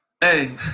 Hey